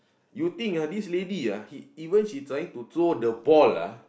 you think ah this lady ah he even she trying to throw the ball ah